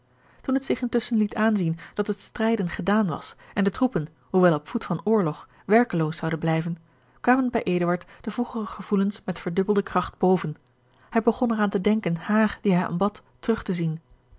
toen het zich intusschen liet aanzien dat het strijden gedaan was en de troepen hoewel op voet van oorlog werkeloos zouden blijven kwamen bij eduard de vroegere gevoelens met verdubbelde kracht boven hij begon er aan te denken haar die hij aanbad terug te zien